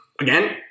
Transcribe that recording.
Again